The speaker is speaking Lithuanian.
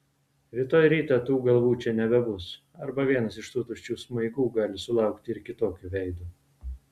rytoj rytą tų galvų čia nebebus arba vienas iš tų tuščių smaigų gali sulaukti ir kitokio veido